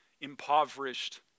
impoverished